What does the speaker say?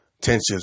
tensions